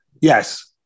Yes